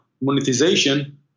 monetization